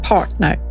Partner